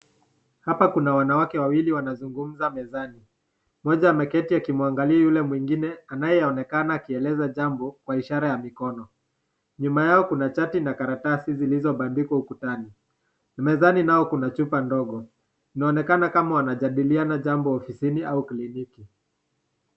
Hapa kuna wanawake wawili wanazungumza mezani. Mmoja ameketi akimwangalia yule mwingine, anayeonekana akieleza jambo kwa ishara ya mkono. Nyuma yao kuna chati na karatasi zilizobandikwa ukutani. Mezani nayo kuna chupa ndogo. Inaonekana kama wanajadiliana jambo ofisini au kliniki.